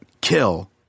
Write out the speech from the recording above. Kill